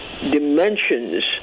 dimensions